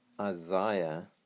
Isaiah